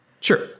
Sure